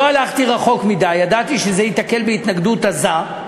לא הלכתי רחוק מדי, ידעתי שזה ייתקל בהתנגדות עזה,